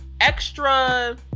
extra